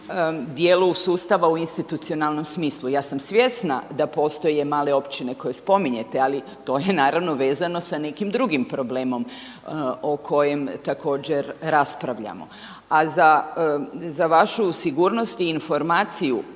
dijelom sustava u institucionalnom smislu. Ja sam svjesna da postoje male općine koje spominjete ali to je vezano sa nekim drugim problemom o kojem također raspravljamo. A za vašu sigurnost i informaciju,